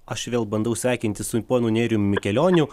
aš vėl bandau sveikintis su ponu nerijum mikelioniu